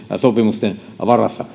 sopimusten varassa